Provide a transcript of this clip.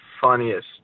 Funniest